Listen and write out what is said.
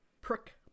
prick